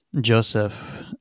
Joseph